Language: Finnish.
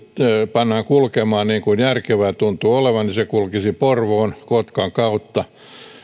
pannaan kulkemaan niin kuin järkevää tuntuu olevan niin se kulkisi porvoon ja kotkan kautta